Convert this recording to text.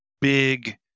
big